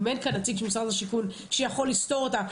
אם אין כאן נציג של משרד השיכון שיכול לסתור אותה,